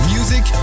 Music